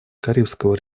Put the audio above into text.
карибского